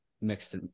mixed